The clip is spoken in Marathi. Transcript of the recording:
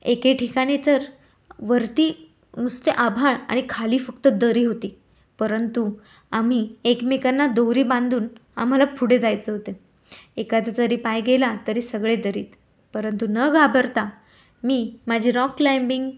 एके ठिकाणी तर वरती नुसते आभाळ आणि खाली फक्त दरी होती परंतु आम्ही एकमेकांना दोरी बांधून आम्हाला पुढे जायचे होते एकाचा जरी पाय गेला तरी सगळे दरीत परंतु न घाबरता मी माझी रॉक क्लाइम्बिंग